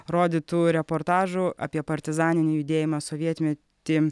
rodytų reportažų apie partizaninį judėjimą sovietmetį